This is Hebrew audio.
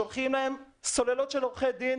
שולחים להם סוללות של עורכי דין,